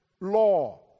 law